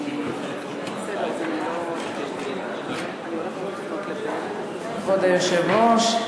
כבוד היושב-ראש,